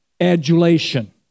adulation